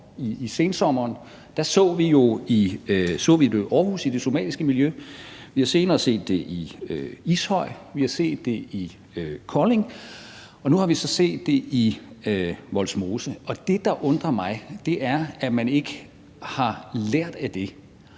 i sensommeren så vi det i Aarhus i det somaliske miljø, vi så det senere i Ishøj, vi har set det i Kolding, og nu har vi så også set det i Vollsmose. Det, der undrer mig, er, at man ikke har lært af det